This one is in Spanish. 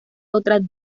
otras